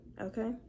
okay